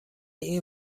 این